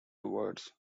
towards